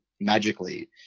magically